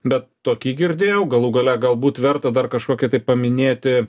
be tokį girdėjau galų gale galbūt verta dar kažkokį tai paminėti